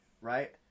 right